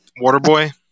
Waterboy